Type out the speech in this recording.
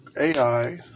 AI